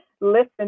listen